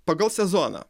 pagal sezoną